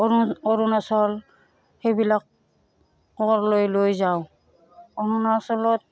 অৰুণাচল সেইবিলাকলৈ লৈ যাওঁ অৰুণাচলত